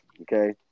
okay